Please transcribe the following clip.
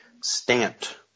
stamped